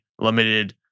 limited